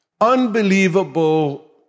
unbelievable